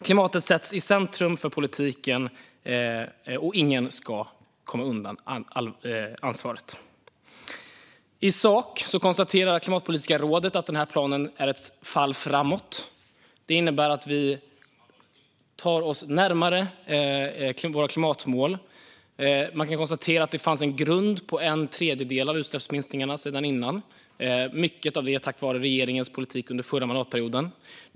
Klimatet sätts i centrum för politiken, och ingen ska komma undan ansvaret. I sak konstaterar Klimatpolitiska rådet att den här planen är ett fall framåt. Det innebär att vi tar oss närmare våra klimatmål. Man kan konstatera att det fanns en grund i form av en tredjedel av utsläppsminskningarna sedan innan, mycket av det tack vare regeringens politik under den förra mandatperioden.